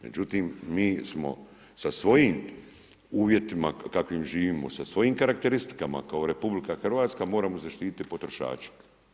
Međutim, mi smo sa svojim uvjetima kakvim živimo, sa svojim karakteristikama kao RH, moramo zaštiti potrošače.